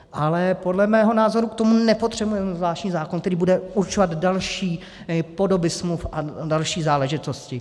Ale podle mého názoru k tomu nepotřebujeme zvláštní zákon, který bude určovat další podoby smluv a další záležitosti.